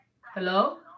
Hello